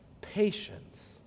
patience